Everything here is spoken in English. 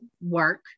work